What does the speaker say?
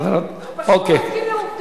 הוא פשוט לא מסכים לתשובות.